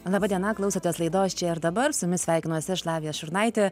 laba diena klausotės laidos čia ir dabar su jumis sveikinuosi aš lavija šurnaitė